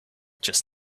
just